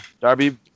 Darby